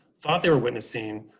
thought they were witnessing,